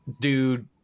dude